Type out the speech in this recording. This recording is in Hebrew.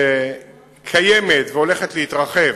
שקיימת, והולכת להתרחב